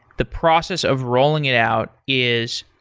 the process of rolling it out is,